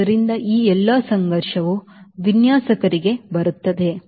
ಆದ್ದರಿಂದ ಈ ಎಲ್ಲಾ ಸಂಘರ್ಷವು ವಿನ್ಯಾಸಕನಿಗೆ ಬರುತ್ತದೆ